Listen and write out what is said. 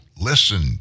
listen